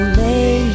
lay